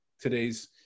today's